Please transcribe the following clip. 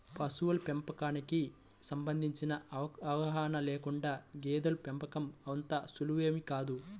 పశువుల పెంపకానికి సంబంధించిన అవగాహన లేకుండా గేదెల పెంపకం అంత సులువేమీ కాదు